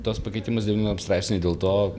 tuos pakeitimus devinam straipsnyje dėl to